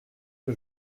que